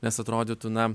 nes atrodytų na